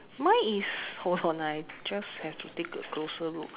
mine is hold on ah I just have to take a closer look